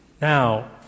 Now